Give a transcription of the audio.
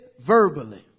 verbally